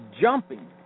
jumping